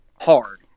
hard